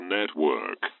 Network